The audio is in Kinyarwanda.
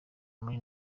muri